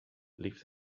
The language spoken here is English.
lift